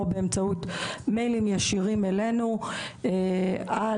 באמצעות מיילים ישירים אלינו או באמצעות גורמים